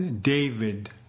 David